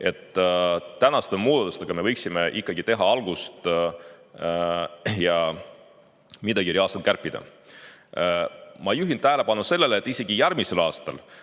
et tänaste muudatustega me võiksime ikkagi teha algust ja midagi reaalselt kärpida. Ma juhin tähelepanu sellele, et isegi järgmisel aastal